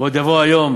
עוד יבוא היום